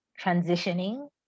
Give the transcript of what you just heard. transitioning